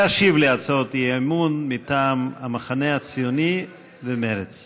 להשיב על הצעות האי-אמון מטעם המחנה הציוני ומרצ.